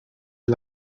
się